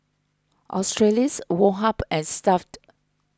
Australis Woh Hup and Stuff'd